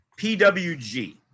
PWG